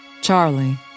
Charlie